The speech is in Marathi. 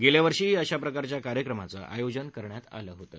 गेल्यावर्षीही अशा प्रकारच्या कार्यक्रमाचं आयोजन करण्यात आलं होतं